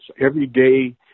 Everyday